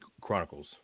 Chronicles